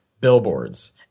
billboards